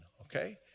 Okay